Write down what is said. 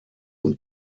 und